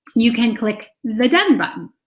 you can click the done button.